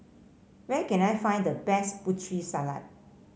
where can I find the best Putri Salad